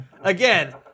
again